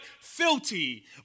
filthy